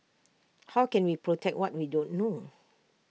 how can we protect what we don't know